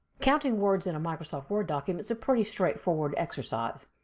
counting words in a microsoft word document is a pretty straightforward exercise.